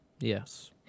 Yes